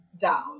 down